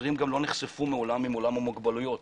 שוטרים גם לא נחשפו מעולם לעולם המוגבלויות,